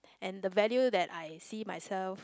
and the value that I see myself